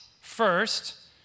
first